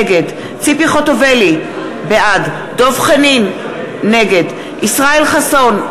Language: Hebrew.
נגד ציפי חוטובלי, בעד דב חנין, נגד ישראל חסון,